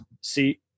see